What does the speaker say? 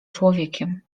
człowiekiem